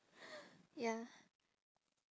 ya